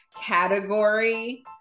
category